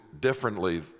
differently